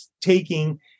taking